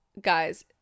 guys